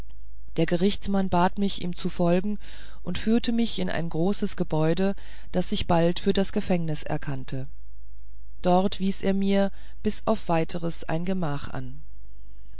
der gerichtsmann bat mich ihm zu folgen und führte mich in ein großes gebäude das ich bald für das gefängnis erkannte dort wies er mir bis auf weiteres ein gemach an